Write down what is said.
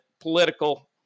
political